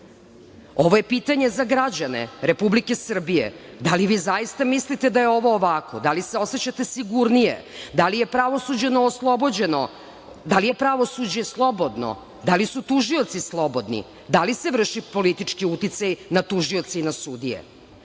je pitanje za građane Republike Srbije - da li vi zaista mislite da je ovo ovako? Da li se osećate sigurnije? Da li je pravosuđe oslobođeno? Da li je pravosuđe slobodno? Da li su tužioci slobodni? Da li se vrši politički uticaj na tužioce i na sudije?